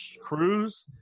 Cruz